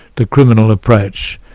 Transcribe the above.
the criminal approach,